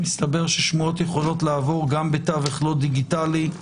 מסתבר ששמועות יכולות לעבור גם בתווך לא דיגיטלי.